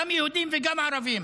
גם יהודיים וגם ערביים,